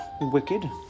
wicked